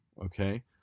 okay